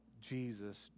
Jesus